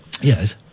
yes